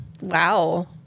Wow